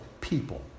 people